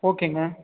ஓகேங்க